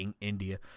India